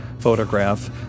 photograph